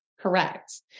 Correct